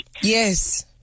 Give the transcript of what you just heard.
Yes